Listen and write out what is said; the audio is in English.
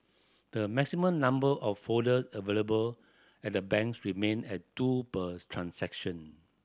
the maximum number of folders available at the banks remain at two per transaction